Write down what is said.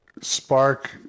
Spark